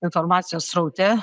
informacijos sraute